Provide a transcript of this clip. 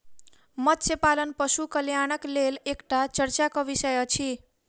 मत्स्य पालन पशु कल्याणक लेल एकटा चर्चाक विषय अछि